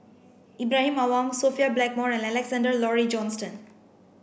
Ibrahim Awang Sophia Blackmore and Alexander Laurie Johnston